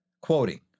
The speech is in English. quoting